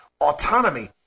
autonomy